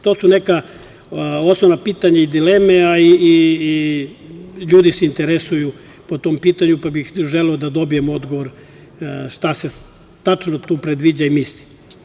To su neka osnovna pitanja i dileme, a i ljudi se interesuju po tom pitanju, pa bih želeo da dobijem odgovor šta se tačno tu predviđa i misli.